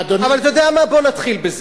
אתה יודע מה, בוא נתחיל בזה.